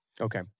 Okay